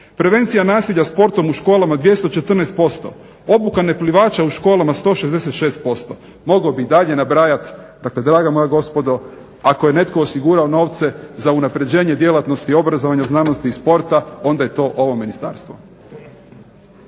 prevencija nasilja sportom u školama 214%, obuka neplivača u školama 166%. Mogao bih i dalje nabrajati. Dakle draga moja gospodo ako je netko osigurao novce za unapređenje djelatnosti obrazovanja, znanosti i sporta onda je to ovo ministarstvo.